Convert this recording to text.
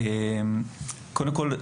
קודם כול,